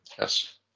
Yes